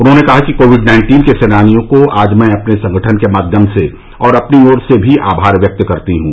उन्होंने कहा कि कोविड नाइन्टीन के सेनानियों को आज मैं अपने संगठन के माध्यम से और अपनी ओर से भी आभार व्यक्त करती हूं